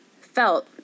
felt